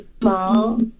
small